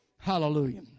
Hallelujah